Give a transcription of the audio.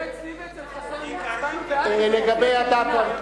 ואצלי ואצל חסון, הצבענו בעד וזה מופיע כנמנע.